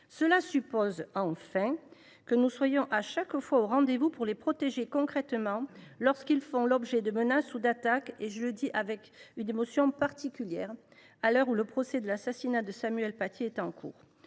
Cela suppose enfin que nous soyons à chaque fois au rendez vous pour les protéger concrètement lorsqu’ils font l’objet de menaces ou d’attaques. Je le dis avec une émotion particulière à l’heure où le procès de l’assassinat de Samuel Paty est en cours.